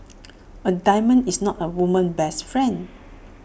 A diamond is not A woman's best friend